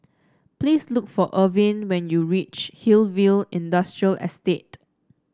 please look for Irvin when you reach Hillview Industrial Estate